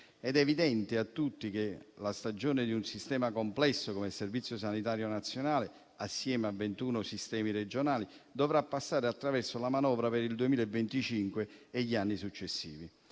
È evidente a tutti che la stagione di un sistema complesso come il Servizio sanitario nazionale, assieme a ventuno sistemi regionali, dovrà passare attraverso la manovra per il 2025 e gli anni successivi,